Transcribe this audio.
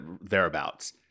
thereabouts